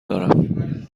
دارم